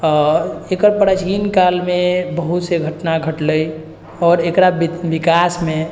आओर एकर प्राचीन कालमे बहुत से घटना घटलै आओर एकरा विकासमे